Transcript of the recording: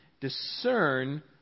discern